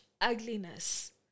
ugliness